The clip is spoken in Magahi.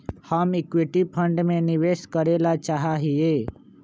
हम इक्विटी फंड में निवेश करे ला चाहा हीयी